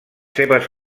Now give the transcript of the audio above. seves